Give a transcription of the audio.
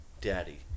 daddy